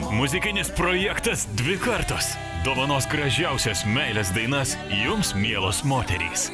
muzikinis projektas dvi kartos dovanos gražiausias meilės dainas jums mielos moterys